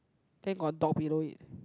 then got a dog below it